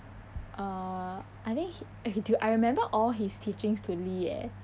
uh I think he okay do you I remember all his teachings to lee eh